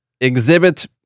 Exhibit